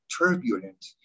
turbulent